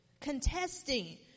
contesting